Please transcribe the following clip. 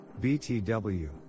BTW